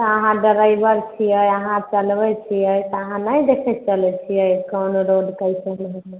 अहाँ डराइवर छिए अहाँ चलबै छिए तऽ अहाँ नहि देखिकऽ चलै छिए कोन रोड कइसन रोड हइ